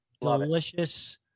Delicious